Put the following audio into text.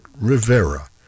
Rivera